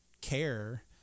care